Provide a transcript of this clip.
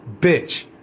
bitch